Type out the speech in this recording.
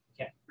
Okay